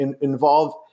involve